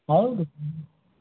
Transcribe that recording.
ಹೌದು